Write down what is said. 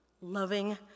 loving